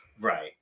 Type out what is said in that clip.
Right